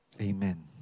Amen